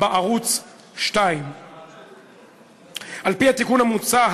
בערוץ 2. על-פי התיקון המוצע,